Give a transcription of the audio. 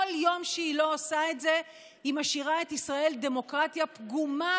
כל יום שהיא לא עושה את זה היא משאירה את ישראל דמוקרטיה פגומה,